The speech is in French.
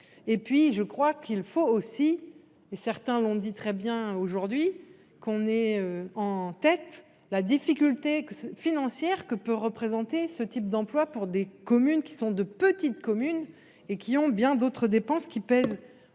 et puis je crois qu'il faut aussi et certains l'ont dit très bien aujourd'hui qu'on est en tête la difficulté que financières que peut représenter ce type d'emploi pour des communes qui sont de petites communes et qui ont bien d'autres dépenses qui pèse